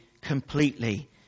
completely